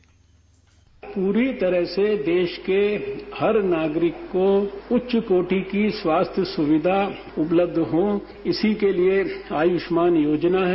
bite पूरी तरह से देश के हर नागरिक को उच्चकोटि की स्वास्थ्य सूविधा उपलब्ध हों इसी के लिए आयुष्मान योजना है